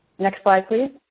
next slide, please.